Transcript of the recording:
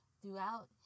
throughout